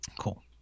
cool